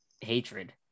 hatred